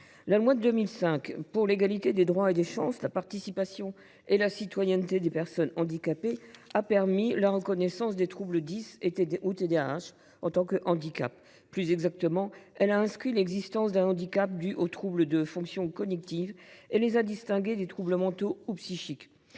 La loi de 2005 pour l’égalité des droits et des chances, la participation et la citoyenneté des personnes handicapées a permis la reconnaissance des troubles dys ou TDAH en tant que handicap. Plus exactement, elle a reconnu l’existence d’un handicap dû aux troubles des fonctions cognitives, qu’elle a distingués des troubles mentaux ou psychiques.